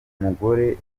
mugore